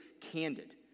candid